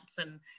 and-